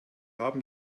haben